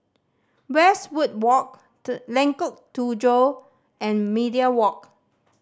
Westwood Walk The Lengkok Tujoh and Media Walk